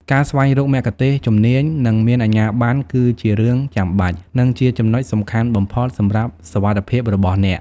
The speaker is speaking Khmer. ការស្វែងរកមគ្គុទ្ទេសក៍ជំនាញ និងមានអាជ្ញាប័ណ្ណគឺជារឿងចាំបាច់ និងជាចំណុចសំខាន់បំផុតសម្រាប់សុវត្ថិភាពរបស់អ្នក។